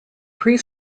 pre